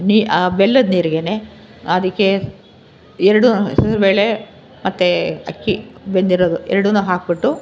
ನೀ ಬೆಲ್ಲದ ನೀರಿಗೇನೆ ಅದಕ್ಕೆ ಎರಡು ಹೆಸರು ಬೇಳೆ ಮತ್ತು ಅಕ್ಕಿ ಬೆಂದಿರೋದು ಎರ್ಡನ್ನೂ ಹಾಕಿಬಿಟ್ಟು